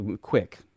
quick